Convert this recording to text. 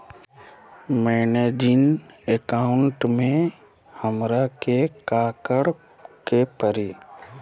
मैंने जिन अकाउंट में हमरा के काकड़ के परी?